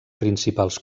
principals